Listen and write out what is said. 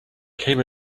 came